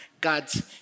God's